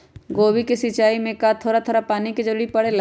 गोभी के सिचाई में का थोड़ा थोड़ा पानी के जरूरत परे ला?